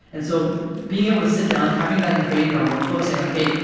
and so being able to sit down, like having that engrained in our workflow saying like, hey,